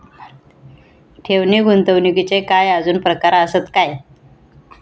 ठेव नी गुंतवणूकचे काय आजुन प्रकार आसत काय?